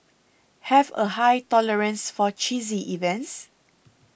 have a high tolerance for cheesy events